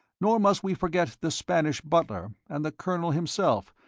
nor must we forget the spanish butler, and the colonel himself,